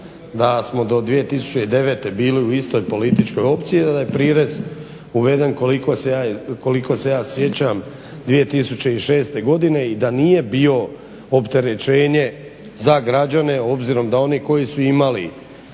da smo do 2009. bili u istoj političkoj opciji i da je prirez uveden koliko se ja sjećam 2006. godine i da nije bio opterećenje za građane obzirom da oni koji su imali